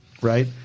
right